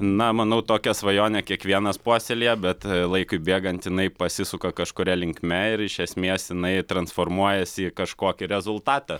na manau tokią svajonę kiekvienas puoselėja bet laikui bėgant jinai pasisuka kažkuria linkme ir iš esmės jinai transformuojasi į kažkokį rezultatą